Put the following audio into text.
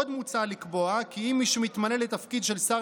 עוד מוצע לקבוע כי אם מישהו שמתמנה לתפקיד של שר